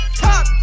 top